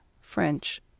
French